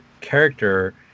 character